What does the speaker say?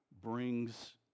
brings